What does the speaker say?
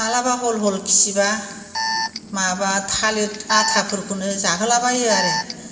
माब्लाबा हल हल खिब्ला माबा थालिर आथाफोरखौबो जाहोला बायो आरो